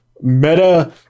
meta